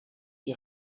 die